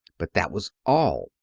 but that was all.